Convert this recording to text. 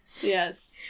Yes